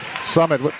Summit